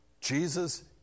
Jesus